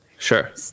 sure